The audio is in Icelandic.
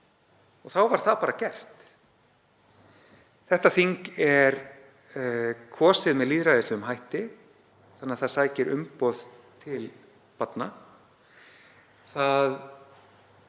Þá var það bara gert. Það þing er kosið með lýðræðislegum hætti þannig að það sækir umboð til barna. Börn